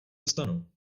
dostanu